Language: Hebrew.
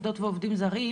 זרים.